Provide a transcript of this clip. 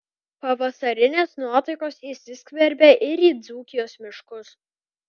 pavasarinės nuotaikos įsiskverbė ir į dzūkijos miškus